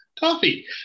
coffee